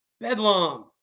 Bedlam